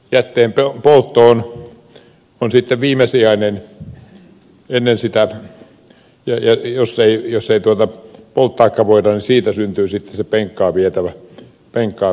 jätteen poltto on viimesijainen vaihtoehto ja jos ei polttaakaan voida siitä syntyy sitten se penkkaan vietävä jäte